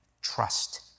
trust